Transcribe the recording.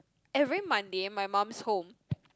every Monday my mum's home